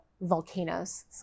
volcanoes